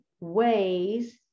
ways